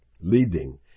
leading